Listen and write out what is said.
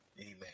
Amen